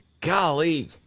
golly